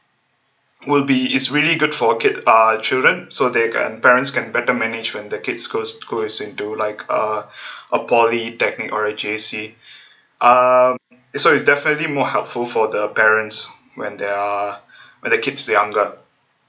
will be is really good for kid uh children so they can parents can better manage when the kids goes goes into like uh a polytechnic or a J_C uh so it's definitely more helpful for the parents when they are when the kids are younger